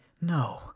no